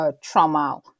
trauma